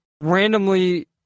randomly